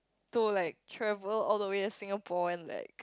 to like travel all the way to Singapore and like